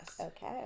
Okay